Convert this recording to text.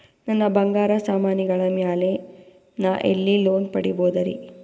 ನನ್ನ ಬಂಗಾರ ಸಾಮಾನಿಗಳ ಮ್ಯಾಲೆ ನಾ ಎಲ್ಲಿ ಲೋನ್ ಪಡಿಬೋದರಿ?